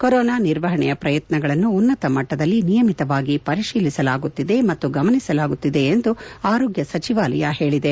corona ನಿರ್ವಹಣೆಯ ಪ್ರಯತ್ನಗಳನ್ನು ಉನ್ನತ ಮಟ್ಟದಲ್ಲಿ ನಿಯಮಿತವಾಗಿ ಪರಿಶೀಲಿಸಲಾಗುತ್ತಿದೆ ಮತ್ತು ಗಮನಿಸಲಾಗುತ್ತಿದೆ ಎಂದು ಆರೋಗ್ನ ಸಚಿವಾಲಯ ಹೇಳಿದೆ